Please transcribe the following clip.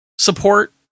support